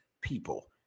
people